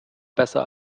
besser